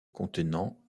contenant